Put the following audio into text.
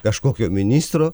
kažkokio ministro